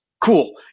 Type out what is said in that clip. Cool